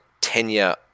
tenure